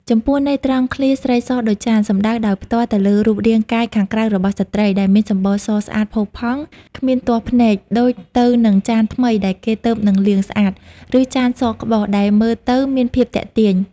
ចំពោះន័យត្រង់ឃ្លា "ស្រីសដូចចាន" សំដៅដោយផ្ទាល់ទៅលើរូបរាងកាយខាងក្រៅរបស់ស្ត្រី ដែលមានសម្បុរសស្អាតផូរផង់ គ្មានទាស់ភ្នែក ដូចទៅនឹងចានថ្មីដែលគេទើបនឹងលាងស្អាត ឬចានសក្បុសដែលមើលទៅមានភាពទាក់ទាញ។